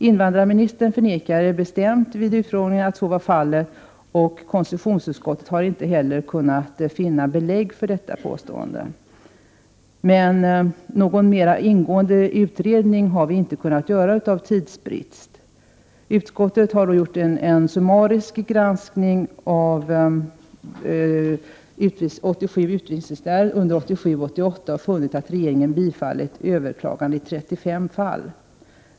Invandrarministern förnekade bestämt vid utfrågningen att så varit fallet, och konstitutionsutskottet har inte heller kunnat finna belägg för detta påstående. Men någon mer ingående utredning har vi inte kunnat göra på grund av tidsbrist. Utskottet har gjort en summarisk granskning av 87 avvisningsärenden under 1987 och 1988 och därvid funnit att regeringen bifallit överklagande i 35 fall.